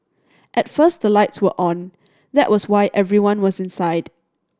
at first the lights were on that was why everyone was inside